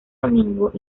domingo